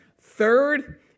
Third